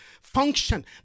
function